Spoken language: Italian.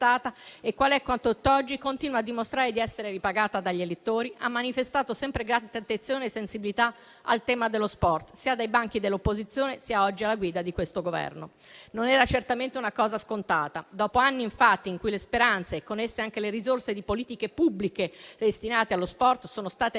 continuando a dimostrarlo a tutt'oggi ed essendo ripagata dagli elettori), ha manifestato sempre grande attenzione e sensibilità al tema dello sport, sia dai banchi dell'opposizione sia oggi alla guida di questo Governo. Non era certamente una cosa scontata: infatti, dopo anni in cui le speranze e con esse anche le risorse delle politiche pubbliche destinate allo sport sono state ridotte